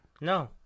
No